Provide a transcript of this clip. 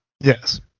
Yes